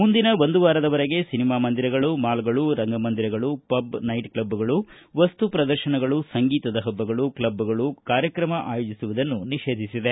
ಮುಂದಿನ ಒಂದು ವಾರದವರೆಗೆ ಸಿನಿಮಾ ಮಂದಿರಗಳು ಮಾಲ್ಗಳು ರಂಗಮಂದಿರಗಳು ಪಬ್ ನೈಟ್ಕ್ಲಬ್ಗಳು ವಸ್ತು ಪ್ರದರ್ತನಗಳು ಸಂಗೀತ ಹಬ್ಬಗಳು ಕ್ಲಬ್ಗಳು ಕಾರ್ಯಕ್ರಮ ಆಯೋಜಿಸುವುದನ್ನು ನಿಷೇಧಿಸಿದೆ